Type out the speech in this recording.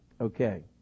Okay